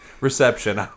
reception